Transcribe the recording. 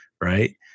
Right